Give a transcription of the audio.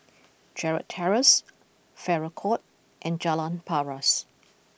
Gerald Terrace Farrer Court and Jalan Paras